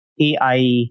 AI